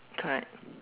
correct